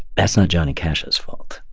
that's not johnny cash's fault.